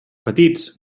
petits